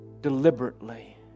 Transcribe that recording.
Deliberately